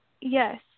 Yes